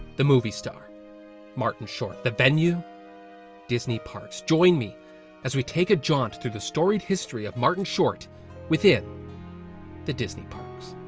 the movie star martin short. the venue disney parks. join me as we take a jaunt through the storied history of martin short within the disney parks,